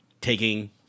taking